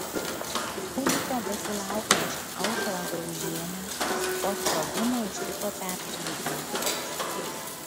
kūdikio besilaukiančią aušrą graužienę po sprogimo ištiko persileidimas